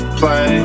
play